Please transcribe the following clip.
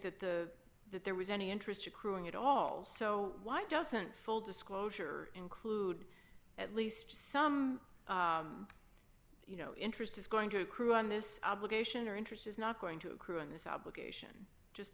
that the that there was any interest accruing at all so why doesn't sol disclosure include at least some you know interest is going to accrue on this obligation or interest is not going to accrue on this obligation just